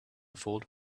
fault